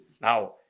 Now